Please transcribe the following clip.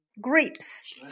Grapes